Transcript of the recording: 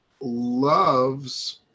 loves